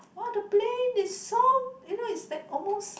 what the plane is so you know is like almost